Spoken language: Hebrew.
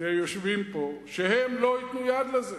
שיושבים פה, שהם לא ייתנו יד לזה.